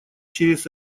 через